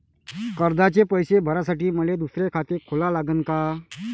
कर्जाचे पैसे भरासाठी मले दुसरे खाते खोला लागन का?